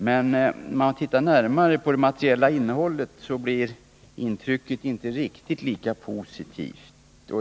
Men när man tittar närmare på det materiella innehållet i svaret blir intrycket inte riktigt lika positivt.